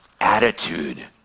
attitude